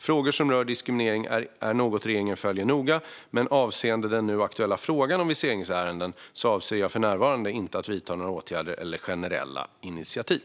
Frågor som rör diskriminering är något regeringen följer noga, men avseende den nu aktuella frågan om viseringsärenden avser jag för närvarande inte att vidta några åtgärder eller att ta generella initiativ.